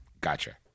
Gotcha